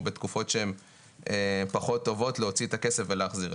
בתקופות שהן פחות טובות להוציא את הכסף ולהחזיר.